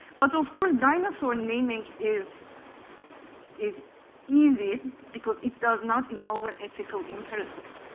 but of course, dinosaur naming is is easy, because it does not involve an ethical imperative.